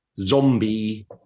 zombie